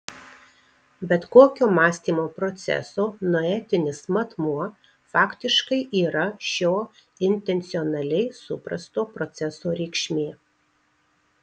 bet kokio mąstymo proceso noetinis matmuo faktiškai yra šio intencionaliai suprasto proceso reikšmė